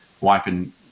wiping